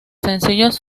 sencillos